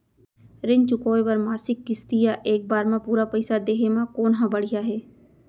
ऋण चुकोय बर मासिक किस्ती या एक बार म पूरा पइसा देहे म कोन ह बढ़िया हे?